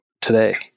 today